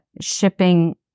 shipping